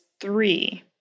three